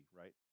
right